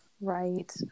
Right